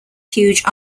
huge